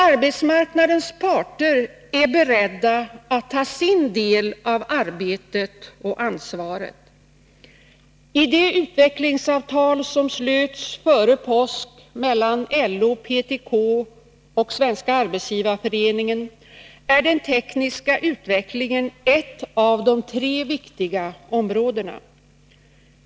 Arbetsmarknadens parter är beredda att ta sin del av arbetet och ansvaret. I det utvecklingsavtal som slöts före påsk mellan LO-PTK och SAF är den tekniska utvecklingen ett av de tre viktiga områdena.